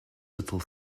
little